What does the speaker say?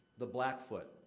the blackfoot,